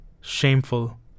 Shameful